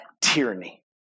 tyranny